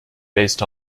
based